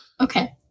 Okay